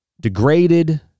degraded